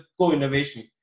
co-innovation